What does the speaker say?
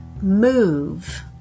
move